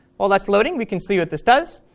while that's loading we can see what this does.